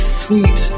sweet